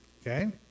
Okay